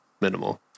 minimal